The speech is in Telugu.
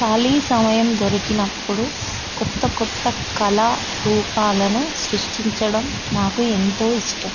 ఖాళీ సమయం దొరికినప్పుడు క్రొత్త క్రొత్త కళా రూపాలను సృష్టించడం నాకు ఎంతో ఇష్టం